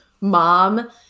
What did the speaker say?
mom